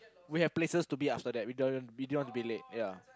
we have places to be after that we didn't we didn't want to be late ya